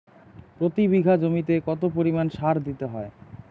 প্রতি বিঘা জমিতে কত পরিমাণ সার দিতে হয়?